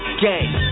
gang